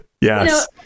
Yes